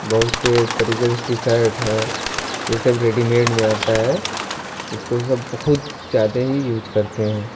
बहुत से तरीके के टी सर्ट हैं यह सब रेडीमेड में आता है इसको सब बहुत ज़्यादा ही यूज करते हैं